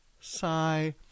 Sigh